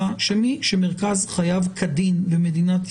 שמי שמרכז חייו כדין במדינת ישראל,